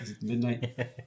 midnight